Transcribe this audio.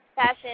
fashion